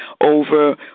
over